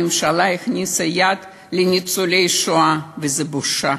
הממשלה הכניסה יד, לניצולי השואה, וזו בושה.